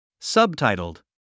Subtitled